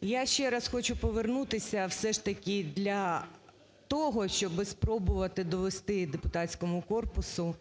Я ще раз хочу повернутися. Все ж таки для того, щоби спробувати довести депутатському корпусу